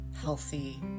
healthy